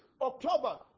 October